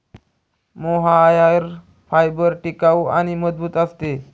mohair fibre टिकाऊ आणि मजबूत असते